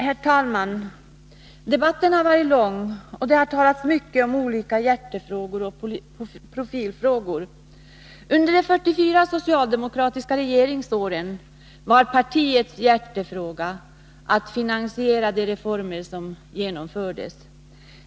Herr talman! Debatten har varit lång, och det har talats mycket om olika hjärtefrågor. Under de 44 socialdemokratiska regeringsåren var partiets hjärtefråga att finansiera de reformer som genomfördes.